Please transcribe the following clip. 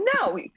no